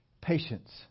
Patience